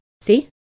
See